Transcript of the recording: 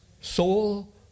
soul